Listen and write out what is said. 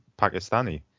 Pakistani